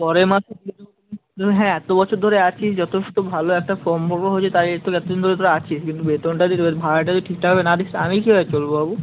পরের মাসে দিয়ে দেবো হ্যাঁ এতো বছর ধরে আছিস যথেষ্ট ভালো একটা সম্পর্ক হয়েছে তাই তোকে এতো দিন ধরে তোরা আছিস কিন্তু বেতনটা যদি ভাড়াটা যদি ঠিকঠাকভাবে না দিস আমি কীভাবে চলবো বাবু